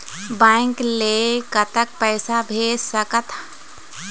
Bank ले कतक पैसा भेज सकथन?